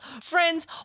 friends